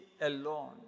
alone